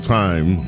time